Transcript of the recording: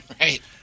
right